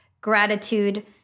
gratitude